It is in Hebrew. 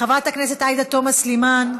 חברת הכנסת עאידה תומא סלימאן,